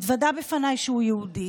הוא התוודה בפניי שהוא יהודי